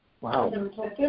Wow